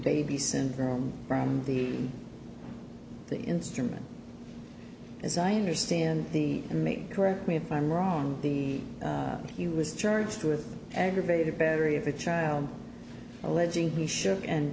baby syndrome from the the instrument as i understand the make correct me if i'm wrong he he was charged with aggravated battery of a child alleging he